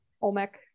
Olmec